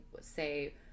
say